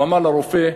ואמר לרופא: